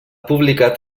publicat